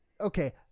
okay